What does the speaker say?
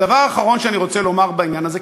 הדבר האחרון שאני רוצה לומר בעניין הזה,